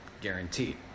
Guaranteed